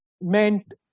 meant